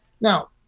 Now